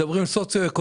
מדברים על סוציו-אקונומי,